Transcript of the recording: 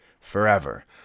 Forever